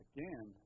Again